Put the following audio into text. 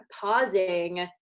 pausing